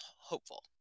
hopeful